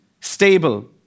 stable